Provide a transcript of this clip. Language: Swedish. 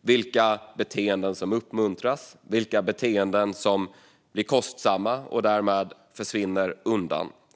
vilka beteenden som uppmuntras och vilka beteenden som blir kostsamma och därmed försvinner undan.